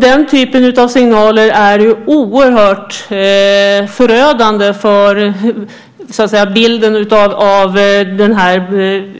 Den typen av signaler är oerhört förödande för bilden av